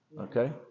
okay